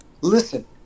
listen